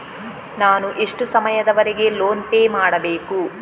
ನಾನು ಎಷ್ಟು ಸಮಯದವರೆಗೆ ಲೋನ್ ಪೇ ಮಾಡಬೇಕು?